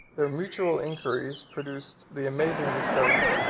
their mutual inquiries produced the amazing discovery,